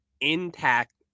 intact